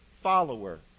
follower